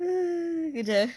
mm kejap eh